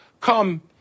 come